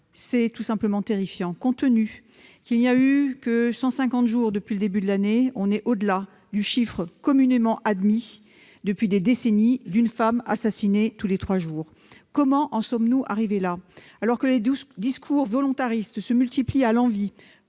C'est tout simplement terrifiant. Compte tenu du fait qu'il n'y a eu que cent cinquante jours depuis le début de l'année, nous sommes au-delà du chiffre communément admis depuis des décennies d'une femme assassinée tous les trois jours. Comment en sommes-nous arrivés là ? Alors que les discours volontaristes se multiplient à l'envi,